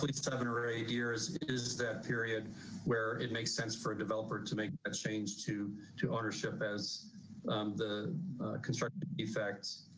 like seven or eight years is that period where it makes sense for a developer to make a change to to ownership as the construction defects.